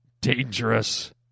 dangerous